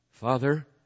Father